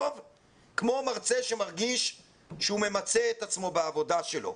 כמו מרצה שמרגיש שהוא ממצה את עצמו בעבודה שלו.